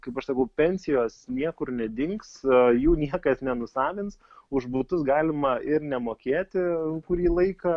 kaip aš sakau pensijos niekur nedings jų niekas nenusavins už butus galima ir nemokėti kurį laiką